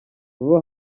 vuba